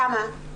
כמה?